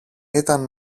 ήταν